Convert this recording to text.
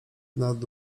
nad